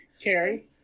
Carrie